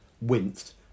winced